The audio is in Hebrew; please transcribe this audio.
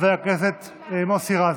חבר הכנסת מוסי רז.